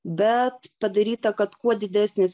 bet padaryta kad kuo didesnis